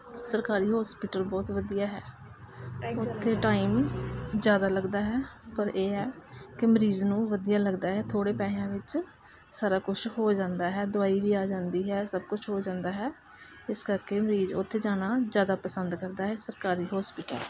ਸਰਕਾਰੀ ਹੋਸਪੀਟਲ ਬਹੁਤ ਵਧੀਆ ਹੈ ਉੱਥੇ ਟਾਈਮ ਜ਼ਿਆਦਾ ਲੱਗਦਾ ਹੈ ਪਰ ਇਹ ਹੈ ਕਿ ਮਰੀਜ਼ ਨੂੰ ਵਧੀਆ ਲੱਗਦਾ ਹੈ ਥੋੜ੍ਹੇ ਪੈਸਿਆਂ ਵਿੱਚ ਸਾਰਾ ਕੁਛ ਹੋ ਜਾਂਦਾ ਹੈ ਦਵਾਈ ਵੀ ਆ ਜਾਂਦੀ ਹੈ ਸਭ ਕੁਛ ਹੋ ਜਾਂਦਾ ਹੈ ਇਸ ਕਰਕੇ ਮਰੀਜ਼ ਉੱਥੇ ਜਾਣਾ ਜ਼ਿਆਦਾ ਪਸੰਦ ਕਰਦਾ ਹੈ ਸਰਕਾਰੀ ਹੋਸਪਿਟਲ